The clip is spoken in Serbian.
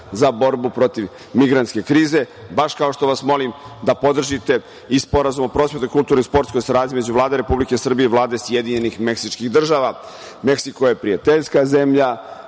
za borbu protiv migrantske krize, baš kao što vas molim da podržite i Sporazum o prosvetnoj, kulturnoj i sportskoj saradnji između Vlade Republike Srbije i Vlade Sjedinjenih Meksičkih država. Meksiko je prijateljska zemlja,